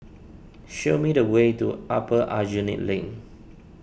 show me the way to Upper Aljunied Link